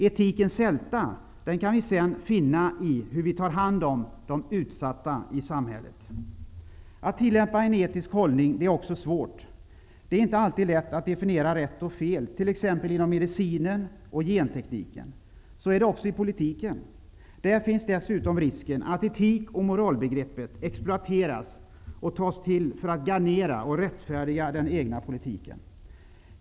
Etikens sälta kan vi sedan finna i hur vi tar hand om de utsatta i samhället. Att tillämpa en etisk hållning är också svårt. Det är inte alltid lätt att definiera rätt och fel, t.ex. inom medicinen och gentekniken. Så är det också i politiken. Där finns dessutom risken att begreppet etik och moral exploateras och tas till för att garnera och rättfärdiga den egna politiken.